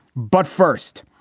but first,